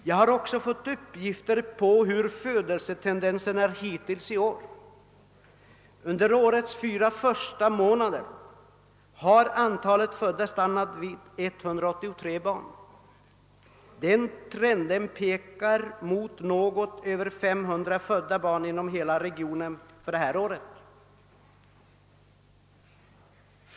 Jag har också fått uppgift om födelsetendenserna hittills i år. Under årets fyra första månader har antalet födda stannat vid 183 barn. Den trenden pekar mot något över 500 födda barn i dessa kommunblock under detta år.